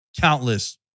countless